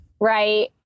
right